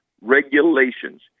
regulations